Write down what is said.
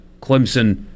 Clemson